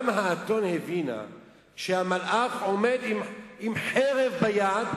גם האתון הבינה שכשהמלאך עומד עם חרב ביד,